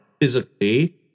physically